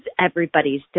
everybody's